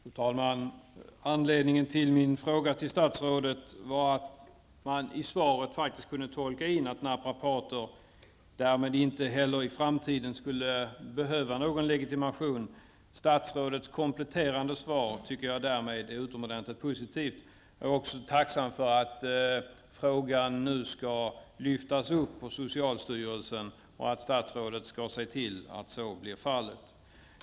Fru talman! Anledningen till min fråga till statsrådet är att man i svaret faktiskt kan tolka in att naprapater inte heller i framtiden skall behöva någon legitimation. Statsrådets kompletterande svar här tycker jag därför är utomordentligt positivt. Vidare är jag tacksam för att frågan nu skall lyftas upp till socialstyrelsen och för att statsrådet skall se till att så blir fallet.